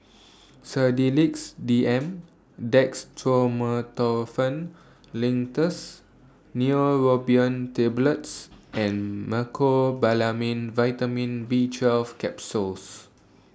Sedilix D M Dextromethorphan Linctus Neurobion Tablets and Mecobalamin Vitamin B twelve Capsules